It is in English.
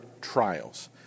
trials